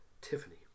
Tiffany